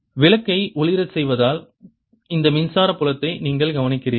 விளக்கை ஒளிரச் செய்வதால் இந்த மின்சார புலத்தை நீங்கள் கவனிக்கிறீர்கள்